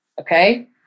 Okay